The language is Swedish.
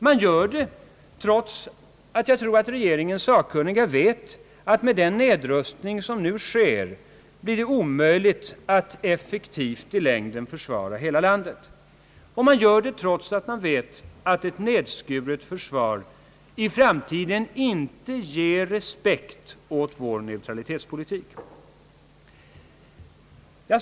Man gör det trots att jag tror att regeringens sakkunniga vet, att det med den nedrustning som nu sker blir omöjligt att i längden effektivt försvara hela landet. Man gör det trots att man vet att ett nedskuret försvar i framtiden inte ger respekt åt vår neutralitetspolitik.